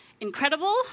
incredible